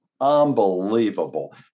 Unbelievable